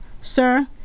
sir